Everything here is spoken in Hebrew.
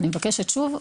אני מבקשת שוב,